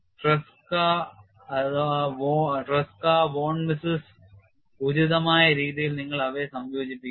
ട്രെസ്കയിലോ വോൺ മിസ്സുകളിലോ ഉചിതമായ രീതിയിൽ നിങ്ങൾ അവയെ സംയോജിപ്പിക്കുന്നു